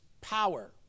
power